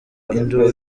induru